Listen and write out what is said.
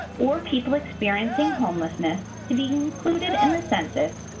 or people experiencing homelessness, to be included in the census,